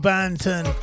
Banton